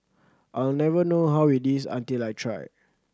I'll never know how it is until I try